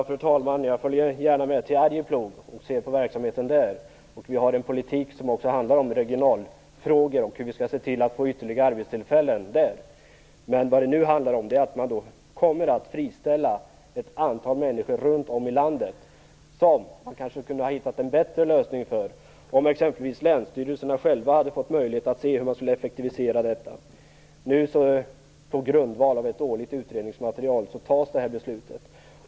Fru talman! Jag följer gärna med till Arjeplog för att se på verksamheten där. Vi för politik också om regionalfrågor och om hur vi skall se till att få ytterligare arbetstillfällen i regionerna. Men vad det nu handlar om är att man kommer att friställa ett antal människor runt om i landet som man kanske kunde ha hittat en bättre lösning för om exempelvis länsstyrelserna själva hade fått möjlighet att försöka effektivisera verksamheten. På grundval av ett dåligt utredningsmaterial fattas nu detta beslut.